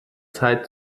zeit